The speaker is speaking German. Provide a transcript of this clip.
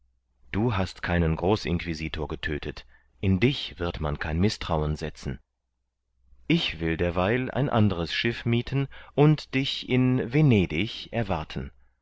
du hast keinen großinquisitor getödtet in dich wird man kein mißtrauen setzen ich will derweil ein anderes schiff miethen und dich in venedig erwarten